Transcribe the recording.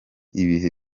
ibihe